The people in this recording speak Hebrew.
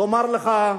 לומר לך,